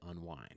unwind